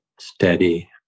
steady